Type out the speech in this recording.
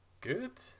good